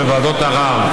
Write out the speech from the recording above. וגם אהבת חסד,